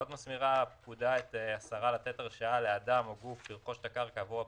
עוד מסדירה הפקודה לתת הרשאה לאדם או גוף שירכוש את הקרקע עבור הפרויקט,